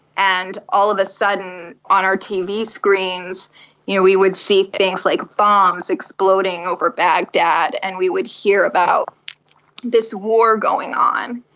and all of a sudden on our tv screens you know we would see things like bombs exploding over baghdad and we would hear about this war going on.